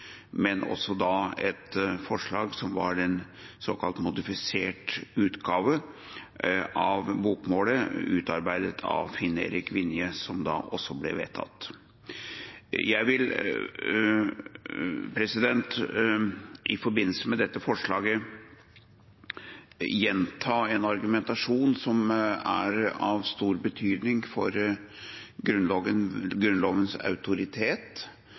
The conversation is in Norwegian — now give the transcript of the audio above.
men også et forslag som var en såkalt modifisert utgave av bokmålet, utarbeidet av Finn-Erik Vinje, som da også ble vedtatt. Jeg vil i forbindelse med dette forslaget gjenta en argumentasjon som er av stor betydning for Grunnlovens autoritet,